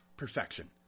Perfection